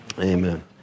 Amen